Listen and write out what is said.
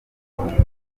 bahungiye